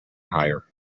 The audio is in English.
higher